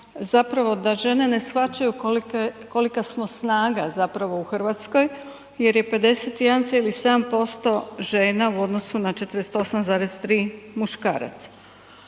zapravo da žene ne shvaćaju kolika smo snaga zapravo u Hrvatskoj jer je 51,7% žena u odnosu na 48,3% muškaraca.